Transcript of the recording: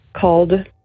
called